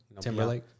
Timberlake